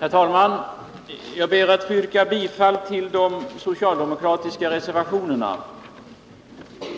Herr talman! Jag ber att få yrka bifall till de socialdemokratiska reservationerna.